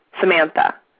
Samantha